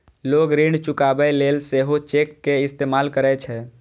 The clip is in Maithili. लोग ऋण चुकाबै लेल सेहो चेक के इस्तेमाल करै छै